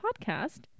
podcast